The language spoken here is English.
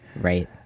Right